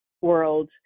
world